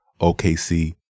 OKC